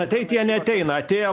ateit jie neateina atėjo